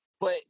but-